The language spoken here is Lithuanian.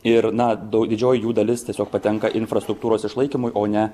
ir na didžioji jų dalis tiesiog patenka infrastruktūros išlaikymui o ne